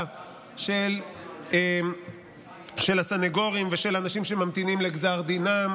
לקריאה השנייה והשלישית בוועדת הבריאות.